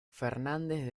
fernández